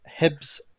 Hibs